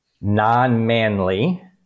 non-manly